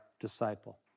disciple